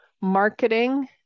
marketing